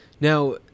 Now